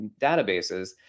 databases